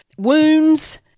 wounds